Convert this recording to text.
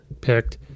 picked